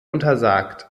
untersagt